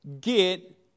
Get